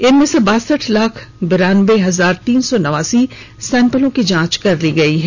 इनमें से बासठ लाख बिरानबे हजार तीन सौ नवासी सैंपल की जांच हुई है